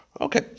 Okay